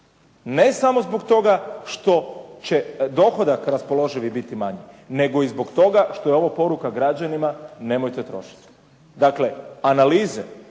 Ne samo zbog toga što će dohodak raspoloživi biti manji, nego i zbog toga što je ovo poruka građanima, nemojte trošiti. Dakle, analize